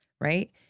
right